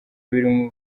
birimo